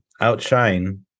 outshine